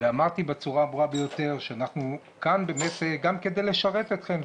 ואמרתי בצורה הברורה ביותר שאנחנו כאן גם כדי לשרת אתכם.